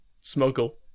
smuggle